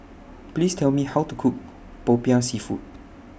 Please Tell Me How to Cook Popiah Seafood